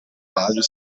rádio